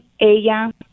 ella